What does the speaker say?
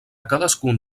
cadascun